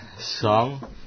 Song